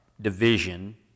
division